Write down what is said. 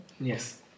Yes